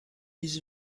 his